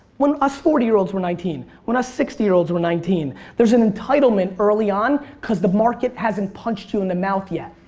when us forty year olds were nineteen. when us sixty year olds were nineteen, there's an entitlement early on cause the market hasn't punched you in the mouth yet.